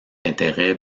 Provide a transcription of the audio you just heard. intérêt